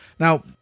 Now